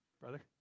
brother